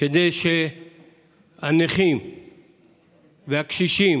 כדי שהנכים והקשישים